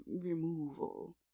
removal